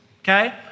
okay